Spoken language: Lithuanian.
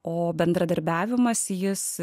o bendradarbiavimas jis